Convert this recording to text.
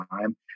time